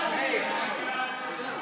של נספי שואה (השבה ליורשים והקדשה למטרות סיוע והנצחה)